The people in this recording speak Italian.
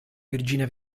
virginia